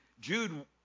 Jude